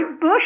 bush